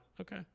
Okay